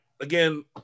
Again